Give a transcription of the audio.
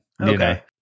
Okay